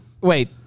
wait